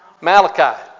Malachi